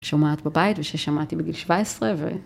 שומעת בבית וששמעתי בגיל 17.